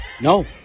No